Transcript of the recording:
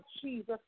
Jesus